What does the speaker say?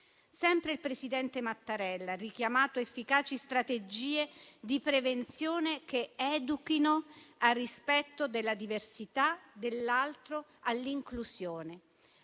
Sempre il presidente Mattarella ha richiamato efficaci strategie di prevenzione che educhino al rispetto della diversità dell'altro e all'inclusione.